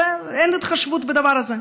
אין התחשבות בדבר הזה.